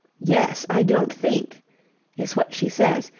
yes, i don't think is what she says,